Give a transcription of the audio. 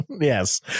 Yes